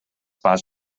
pas